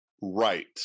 right